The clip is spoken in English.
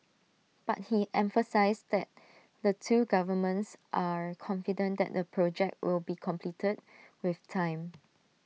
but he emphasised that the two governments are confident that the project will be completed with time